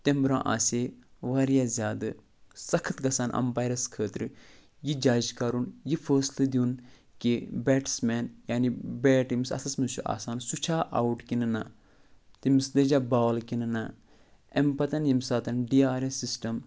تَمہِ برٛونٛہہ آسہِ واریاہ زیادٕ سخت گژھان اَمپایرَس خٲطرٕ یہِ جَج کَرُن یہِ فٲصلہٕ دیُن کہِ بیٹٕسمین یعنی بیٹ ییٚمِس اَتھَس منز چھُ آسان سُہ چھا آوُٹ کِنہٕ نہ تٔمِس لٔجا بال کِنہٕ نہ اَمہِ پتہٕ ییٚمہِ ساتہٕ ڈی آر اٮ۪س سِسٹَم